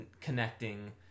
connecting